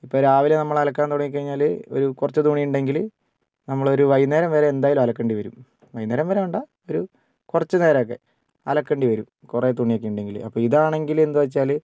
ഇപ്പോൾ രാവിലെ നമ്മൾ അലക്കാൻ തുടങ്ങി കഴിഞ്ഞാൽ ഒരു കുറച്ച് തുണി ഉണ്ടെങ്കിൽ നമ്മൾ ഒരു വൈകുന്നേരം വരേ എന്തായാലും അലക്കേണ്ടി വരും വൈകുനേരം വെരെ വേണ്ട ഒരു കുറച്ച് നേരം ഒക്കെ അലക്കേണ്ടി വരും കുറേ തുണി ഒക്കെ ഉണ്ടെങ്കിൽ അപ്പോൾ ഇതാണെങ്കിൽ എന്താണെന്നു വച്ചാൽ